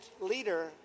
leader